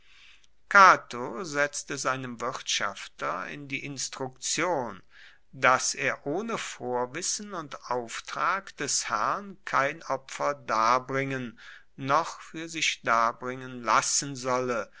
cato setzte seinem wirtschafter in die instruktion dass er ohne vorwissen und auftrag des herrn kein opfer darbringen noch fuer sich darbringen lassen solle